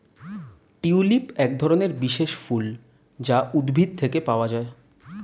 tulip একধরনের বিশেষ ফুল যা উদ্ভিদ থেকে পাওয়া যায়